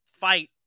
fight